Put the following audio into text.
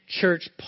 church